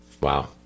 Wow